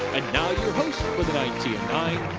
and now your host for the ninety and nine